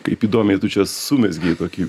kaip įdomiai tu čia sumezgei tokį